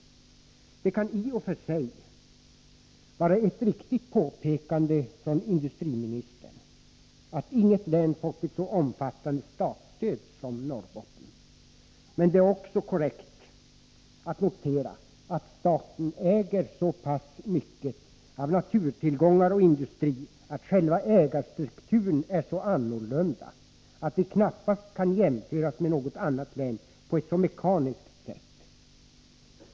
Industriministerns påpekande kan i och för sig vara riktigt, nämligen att inget län fått ett så omfattande statsstöd som Norrbotten. Men det är också korrekt att notera att Norrbotten, där staten äger så mycket av naturtillgångar och industri att själva ägarstrukturen är annorlunda än i andra län, inte kan jämföras med dessa på ett så mekaniskt sätt.